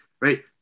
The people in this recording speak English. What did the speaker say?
right